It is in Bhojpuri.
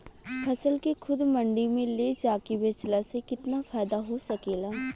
फसल के खुद मंडी में ले जाके बेचला से कितना फायदा हो सकेला?